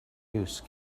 use